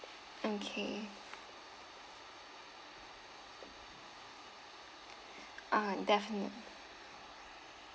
okay uh definite